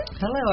Hello